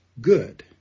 good